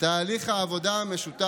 אבל תגיד את האמת,